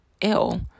ill